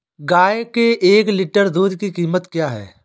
गाय के एक लीटर दूध की कीमत क्या है?